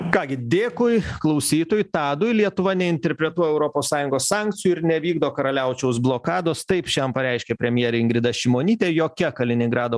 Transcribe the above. ką gi dėkui klausytoju tadui lietuva neinterpretuoja europos sąjungos sankcijų ir nevykdo karaliaučiaus blokados taip šiam pareiškė premjerė ingrida šimonytė jokia kaliningrado